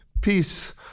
peace